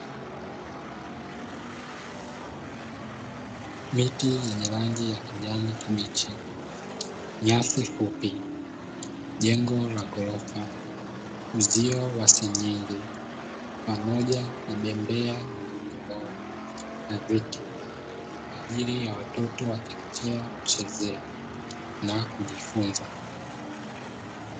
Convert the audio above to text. Miti yenye rangi ya kijani kibichi nyasi fupi, jengo la ghorofa, uzio wa senyenge pamoja na bembea yenye minyororo na viti. Kwa ajili ya watoto wa chekechea kuchezea na kujifunza.